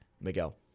Miguel